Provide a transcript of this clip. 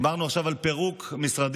דיברנו עכשיו על פירוק משרדים.